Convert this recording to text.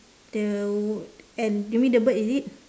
the and you mean the bird is it